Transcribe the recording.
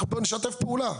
אנחנו פה לשתף פעולה,